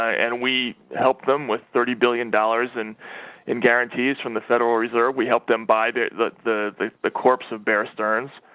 and we help them with thirty billion dollars in in guarantees from the federal reserve we help them by the the the the the corpse of bear stearns